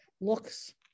looks